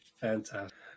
fantastic